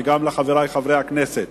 וגם לחברי חברי הכנסת,